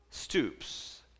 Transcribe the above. stoops